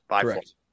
Correct